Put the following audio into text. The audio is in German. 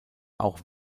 auch